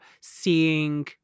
seeing